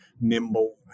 nimble